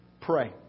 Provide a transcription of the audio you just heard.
pray